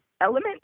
element